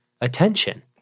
attention